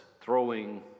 throwing